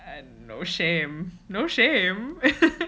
you have no shame no shame